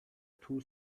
two